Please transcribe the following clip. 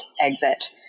exit